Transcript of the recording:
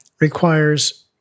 requires